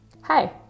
Hi